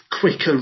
quicker